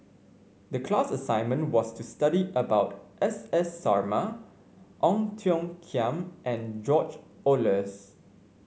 the class assignment was to study about S S Sarma Ong Tiong Khiam and George Oehlers